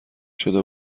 شده